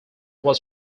was